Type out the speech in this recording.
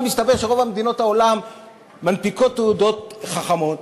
אבל מסתבר שרוב מדינות העולם מנפיקות תעודות חכמות,